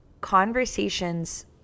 Conversations